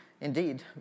Indeed